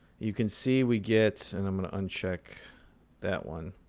you can see we get and i'm going to uncheck that one.